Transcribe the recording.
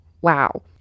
wow